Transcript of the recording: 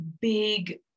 big